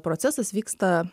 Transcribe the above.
procesas vyksta